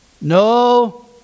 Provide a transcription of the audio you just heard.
No